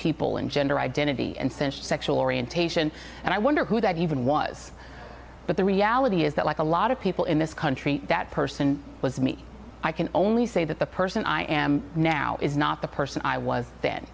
people in gender identity and sense of sexual orientation and i wonder who that even was but the reality is that like a lot of people in this country that person was me i can only say that the person i am now is not the person i was then